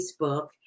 Facebook